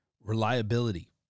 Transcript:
reliability